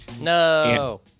No